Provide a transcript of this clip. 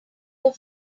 your